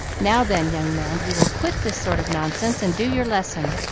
now then, young man, you will quit this sort of nonsense and do your lesson,